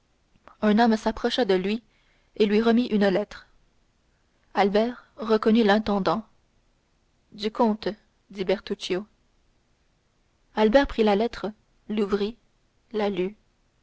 un homme s'approcha de lui et lui remit une lettre albert reconnut l'intendant du comte dit bertuccio albert prit la lettre l'ouvrit la